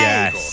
Yes